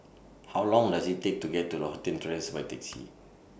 How Long Does IT Take to get to Lothian Terrace By Taxi